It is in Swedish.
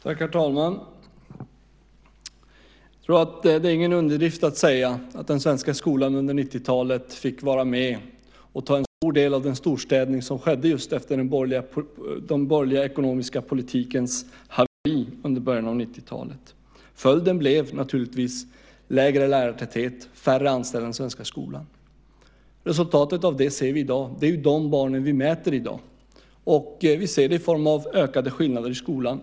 Herr talman! Jag tror inte att det är någon underdrift att säga att den svenska skolan under 90-talet fick vara med och ta en stor del av den storstädning som skedde just efter den borgerliga ekonomiska politikens haveri under början av 90-talet. Följden blev naturligtvis sämre lärartäthet och färre anställda i den svenska skolan. Resultatet av detta ser vi i dag. Det är dessa barn som vi mäter i dag. Vi ser det i form av ökade skillnader i skolan.